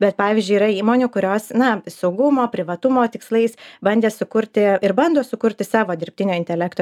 bet pavyzdžiui yra įmonių kurios na saugumo privatumo tikslais bandė sukurti ir bando sukurti savą dirbtinio intelekto